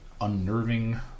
unnerving